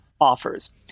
offers